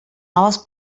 noves